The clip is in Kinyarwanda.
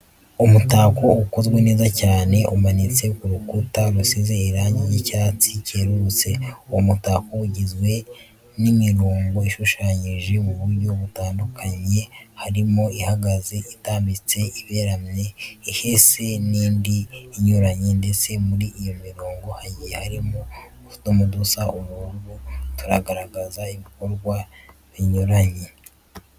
Umutako ukozwe neza cyane umanitse kurukuta rusize irangi ry'icyatsi cyererutse, uwo mutako ugizwe n'imirongo ishushanyije muburyo butandukanye harimo ihagaze , itambitse, iberamye, ihese n'indi inyuranye ndetse muri iyo mirongo hagiye harimo utudomo dusa ubururu tugaragaza ibikorwa binyuranye.